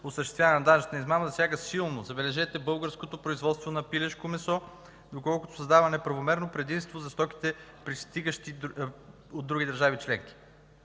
осъществяване на данъчна измама, засяга силно, забележете, българското производство на пилешко месо, доколкото създава неправомерно предимство за стоките, пристигащи от други държави членки.